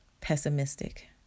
pessimistic